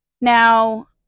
Now